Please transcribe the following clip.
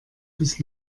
bis